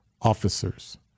officers